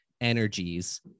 energies